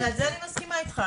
על זה אני מסכימה איתך.